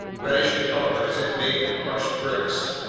reddish in color as if made from crushed bricks.